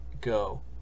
go